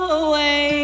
away